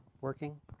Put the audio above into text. Working